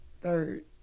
Third